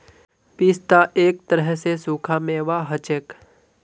पिस्ता एक तरह स सूखा मेवा हछेक